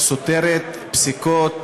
סותרת פסיקות